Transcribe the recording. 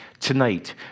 Tonight